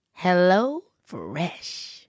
HelloFresh